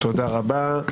תודה רבה.